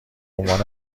عنوان